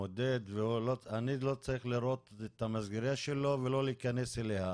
מודד ואני לא צריך לראות את המסגרייה שלו ולא להיכנס אליה.